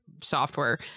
software